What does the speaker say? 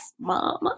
mama